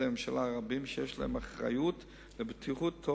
הממשלה הרבים שיש להם אחריות לבטיחות,